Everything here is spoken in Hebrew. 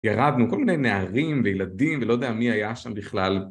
ירדנו, כל מיני נערים וילדים, ולא יודע מי היה שם בכלל.